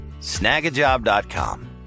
Snagajob.com